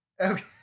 okay